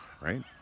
right